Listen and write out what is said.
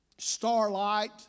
Starlight